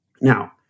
Now